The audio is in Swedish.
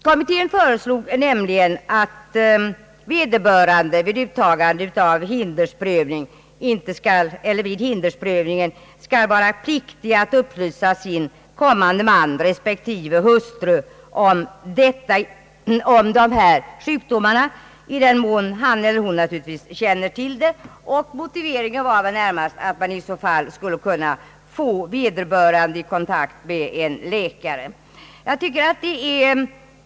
Kommittén föreslog nämligen att vederbörande vid hindersprövningen skall vara pliktig att upplysa sin kommande man respektive hustru om dessa sjukdomar i den mån han eller hon känner till dem. Motiveringen var närmast att man i så fall skulle kunna få vederbörande att ta kontakt med en läkare.